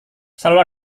selalu